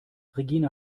regine